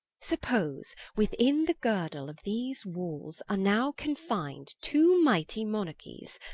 suppose within the girdle of these walls are now confin'd two mightie monarchies,